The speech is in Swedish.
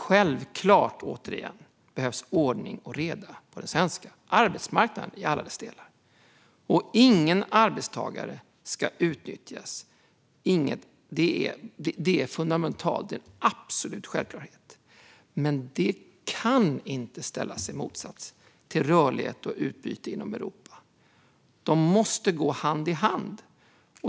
Självklart behövs, återigen, ordning och reda på den svenska arbetsmarknaden i alla dess delar. Ingen arbetstagare ska utnyttjas. Det är fundamentalt och en absolut självklarhet. Men det kan inte ställas som motsats till rörlighet och utbyte inom Europa. De måste gå hand i hand.